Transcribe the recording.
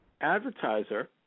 advertiser